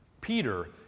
Peter